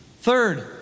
Third